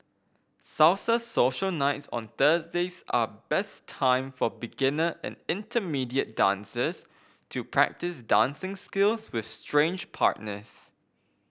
salsa social nights on Thursdays are best time for beginner and intermediate dancers to practice dancing skills with strange partners